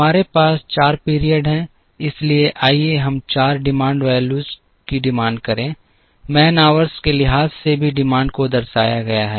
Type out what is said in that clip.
हमारे पास 4 पीरियड हैं इसलिए आइए हम 4 डिमांड वैल्यूज की डिमांड करें मैन आवर्स के लिहाज से भी डिमांड को दर्शाया गया है